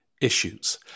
issues